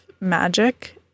magic